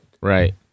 Right